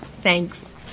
Thanks